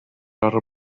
other